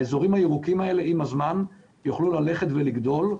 האזורים הירוקים האלה עם הזמן יוכלו ללכת ולגדול.